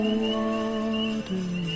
water